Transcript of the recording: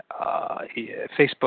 Facebook